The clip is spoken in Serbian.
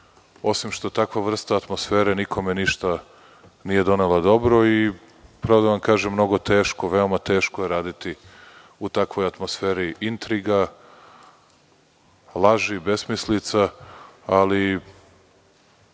osim što takva vrsta atmosfere nikome ništa nije donela dobro. Pravo da vam kažem, mnogo teško, veoma teško je raditi u takvoj atmosferi intriga, laži, besmislica, ali